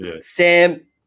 Sam